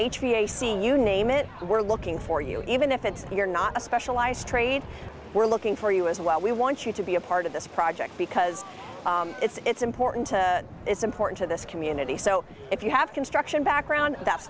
seeing you name it we're looking for you even if it's you're not a specialized trade we're looking for you well we want you to be a part of this project because it's important it's important to this community so if you have construction background that